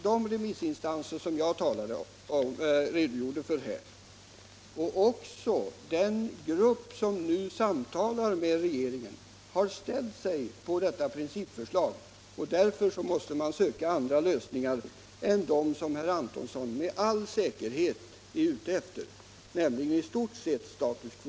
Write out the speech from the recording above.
De remissinstanser som jag redogjorde för och även den grupp som nu samtalar med regeringen har ställt sig positiva till detta principförslag. Därför måste vi söka andra lösningar än dem som herr Antonsson med all säkerhet är ute efter, nämligen i stort sett status quo.